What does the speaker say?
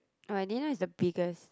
oh I didn't know it's the biggest